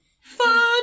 Fun